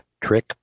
trick